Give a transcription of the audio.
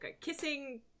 kissing